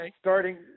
starting